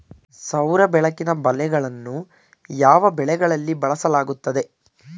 ಸೌರ ಬೆಳಕಿನ ಬಲೆಗಳನ್ನು ಯಾವ ಬೆಳೆಗಳಲ್ಲಿ ಬಳಸಲಾಗುತ್ತದೆ?